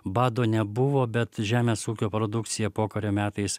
bado nebuvo bet žemės ūkio produkcija pokario metais